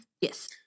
Yes